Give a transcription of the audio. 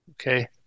okay